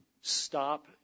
stop